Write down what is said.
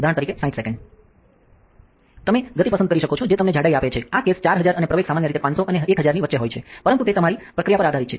ઉદાહરણ તરીકે 60 સેકંડ તમે ગતિ પસંદ કરી શકો છો જે તમને જાડાઈ આપે છે આ કેસ 4000 અને પ્રવેગ સામાન્ય રીતે 500 અને 1000 ની વચ્ચે હોય છે પરંતુ તે તમારી પ્રક્રિયા પર આધારિત છે